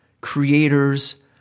creators